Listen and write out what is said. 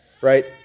right